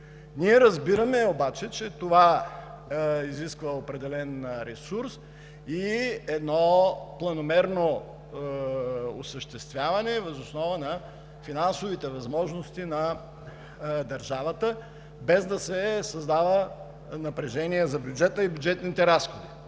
Ние разбираме обаче, че това изисква определен ресурс и едно планомерно осъществяване въз основа на финансовите възможности на държавата, без да се създава напрежение за бюджета и бюджетните разходи.